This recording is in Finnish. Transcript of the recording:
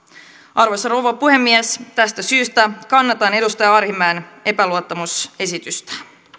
arvoisa rouva puhemies tästä syystä kannatan edustaja arhinmäen epäluottamusesitystä